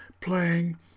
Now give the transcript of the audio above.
playing